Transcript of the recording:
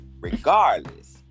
Regardless